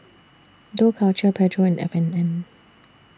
Dough Culture Pedro and F and N